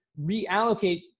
reallocate